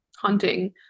hunting